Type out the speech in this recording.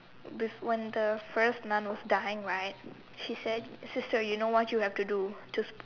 before when the first Nun was dying right she said sister you know what you have to do to